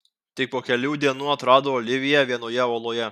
tik po kelių dienų atrado oliviją vienoje oloje